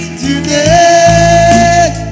today